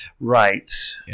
Right